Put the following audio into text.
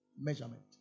Measurement